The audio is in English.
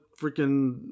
freaking